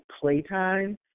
playtime